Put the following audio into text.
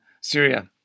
Syria